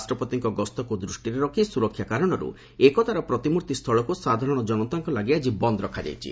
ରାଷ୍ଟ୍ରପତିଙ୍କ ଗସ୍ତକୁ ଦୂଷ୍ଟରେ ରଖି ସୁରକ୍ଷା କାରଣରୁ ଏକତାର ପ୍ରତିମୂର୍ତ୍ତି ସ୍ଥଳକୁ ସାଧାରଣ ଜନତାଙ୍କ ଲାଗି ଆଜି ବନ୍ଦ ରଖାଯାଇଛି